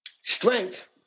strength